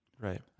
Right